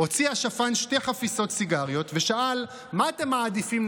הוציא השפן שתי חפיסות סיגריות ושאל: מה אתם מעדיפים,